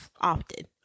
often